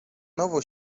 nowo